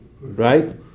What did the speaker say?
right